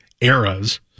eras